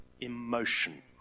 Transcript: emotion